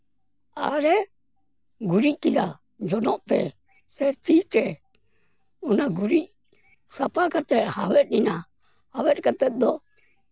ᱟᱨᱮ ᱜᱩᱨᱤᱡ ᱠᱮᱫᱟ ᱡᱚᱱᱚᱜ ᱛᱮ ᱥᱮ ᱛᱤ ᱛᱮ ᱚᱱᱟ ᱜᱩᱨᱤᱡ ᱥᱟᱯᱷᱟ ᱠᱟᱛᱮ ᱦᱟᱣᱮᱫ ᱮᱱᱟ ᱦᱟᱣᱮᱫ ᱠᱟᱛᱮ ᱫᱚ